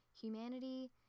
Humanity